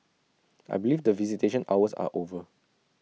I believe that visitation hours are over